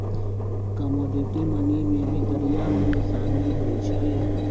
commodity money में भितरिया मोल सामिल होइ छइ